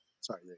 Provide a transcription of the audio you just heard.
Sorry